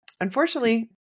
unfortunately